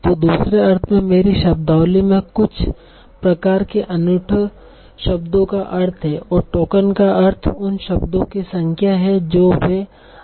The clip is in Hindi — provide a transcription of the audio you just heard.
तो दूसरे अर्थ में मेरी शब्दावली में कुछ प्रकार के अनूठे शब्दों का अर्थ है और टोकन का अर्थ उन शब्दों की संख्या है जो वे अद्वितीय नहीं हैं